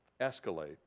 escalate